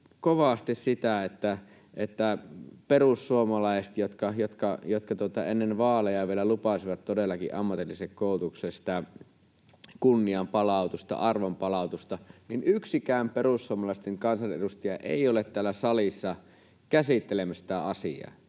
kovasti sitä, että kun perussuomalaiset ennen vaaleja vielä lupasivat todellakin ammatilliselle koulutukselle kunnianpalautusta, arvonpalautusta, niin yksikään perussuomalaisten kansanedustaja ei ole täällä salissa käsittelemässä tätä asiaa,